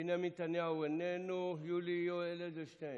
בנימין נתניהו, איננו, יולי יואל אדלשטיין,